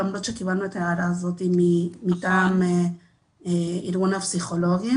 למרות שקיבלנו את ההערה הזאת גם מארגון הפסיכולוגים.